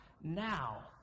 now